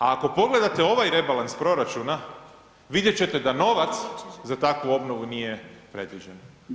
A ako pogledate ovaj rebalans proračuna, vidjet ćete da novac za takvu obnovu nije predviđen.